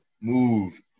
move